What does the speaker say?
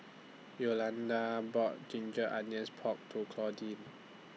Yolanda bought Ginger Onions Pork to Claudine